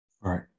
right